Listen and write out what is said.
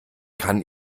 kann